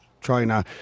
trainer